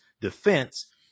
defense